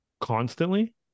constantly